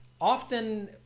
often